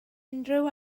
unrhyw